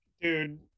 Dude